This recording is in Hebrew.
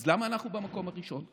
אז למה אנחנו במקום הראשון?